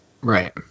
Right